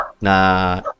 na